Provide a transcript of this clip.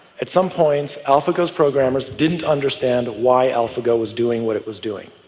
at some points, alphago's programmers didn't understand why alphago was doing what it was doing.